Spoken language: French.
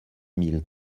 mille